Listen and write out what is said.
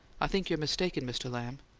i think you're mistaken, mr. lamb.